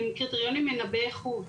הם קריטריונים מנבאי איכות.